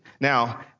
Now